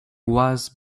was